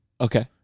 Okay